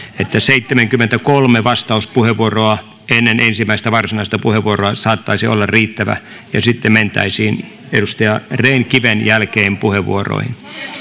niin seitsemänkymmentäkolme vastauspuheenvuoroa ennen ensimmäistä varsinaista puheenvuoroa saattaisi olla riittävä ja sitten mentäisiin edustaja rehn kiven jälkeen puheenvuoroihin